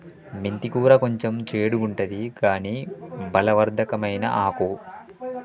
మెంతి కూర కొంచెం చెడుగుంటది కని బలవర్ధకమైన ఆకు